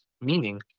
meaning